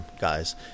guys